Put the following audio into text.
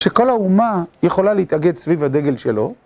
שכל האומה יכולה להתאגד סביב הדגל שלו